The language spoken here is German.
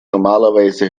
normalerweise